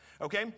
okay